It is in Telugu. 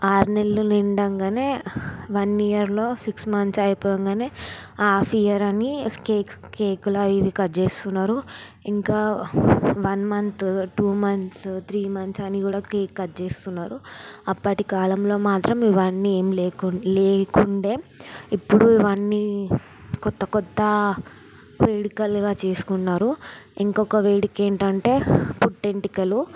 ఆరు నెలలు నిండగానే వన్ ఇయర్లో సిక్స్ మంత్స్ అయిపోగానే హాఫ్ ఇయర్ అని కేక్స్ కేకులు అవి ఇవి కట్ చేస్తున్నారు ఇంకా one month two months three months అని కూడా కేక్ కట్ చేస్తున్నారు అప్పటి కాలంలో మాత్రం ఇవన్నీ ఏం లేకుండా లేకుండే ఇప్పుడు ఇవన్నీ క్రొత్త క్రొత్త వేడుకలుగా చేసుకున్నారు ఇంకొక వేడుక ఏంటంటే పుట్టు వెంట్రుకలు